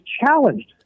challenged